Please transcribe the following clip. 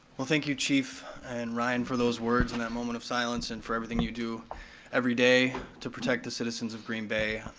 well thank you chief, and ryan, for those words, and that moment of silence, and for everything you do every day to protect the citizens of green bay.